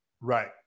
Right